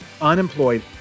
unemployed